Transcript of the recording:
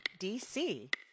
DC